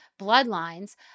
bloodlines